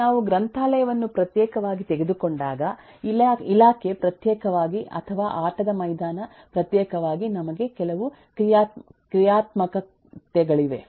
ನಾವು ಗ್ರಂಥಾಲಯವನ್ನು ಪ್ರತ್ಯೇಕವಾಗಿ ತೆಗೆದುಕೊಂಡಾಗ ಇಲಾಖೆ ಪ್ರತ್ಯೇಕವಾಗಿ ಅಥವಾ ಆಟದ ಮೈದಾನ ಪ್ರತ್ಯೇಕವಾಗಿ ನಮಗೆ ಕೆಲವು ಕ್ರಿಯಾತ್ಮಕತೆಗಳಿವೆ